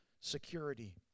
security